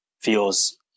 feels